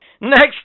Next